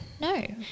No